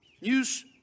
news